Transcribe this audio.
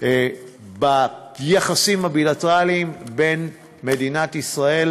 ביחסים הבילטרליים בין מדינת ישראל